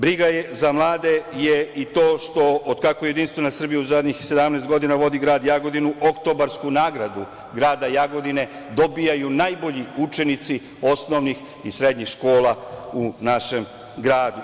Briga za mlade je i to što od kako JS zadnjih 17 godina vodi grad Jagodinu, oktobarsku nagradu grada Jagodine dobijaju najbolji učenici osnovnih i srednjih škola u našem gradu.